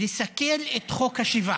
לסכל את חוק השיבה.